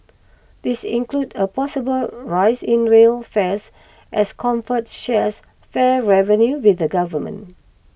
these include a possible rise in rail fares as comfort shares fare revenue with the government